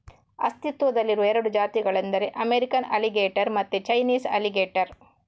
ಅಸ್ತಿತ್ವದಲ್ಲಿರುವ ಎರಡು ಜಾತಿಗಳೆಂದರೆ ಅಮೇರಿಕನ್ ಅಲಿಗೇಟರ್ ಮತ್ತೆ ಚೈನೀಸ್ ಅಲಿಗೇಟರ್